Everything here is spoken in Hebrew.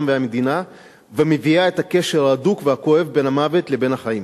והמדינה ומביעה את הקשר ההדוק והכואב בין המוות לבין החיים.